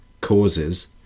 causes